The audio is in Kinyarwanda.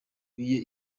biye